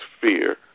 fear